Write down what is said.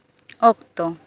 ᱚᱠᱛᱚ